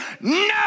No